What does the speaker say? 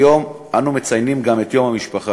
היום אנו מציינים גם את יום המשפחה.